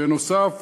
בנוסף,